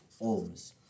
ohms